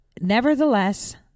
nevertheless